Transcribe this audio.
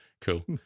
Cool